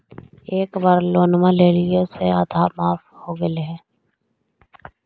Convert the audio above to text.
एक बार लोनवा लेलियै से आधा माफ हो गेले हल?